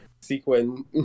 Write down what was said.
sequin